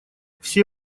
все